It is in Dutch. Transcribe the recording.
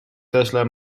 tesla